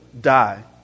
die